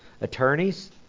attorneys